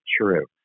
true